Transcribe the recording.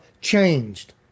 changed